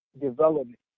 development